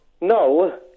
No